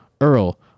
Earl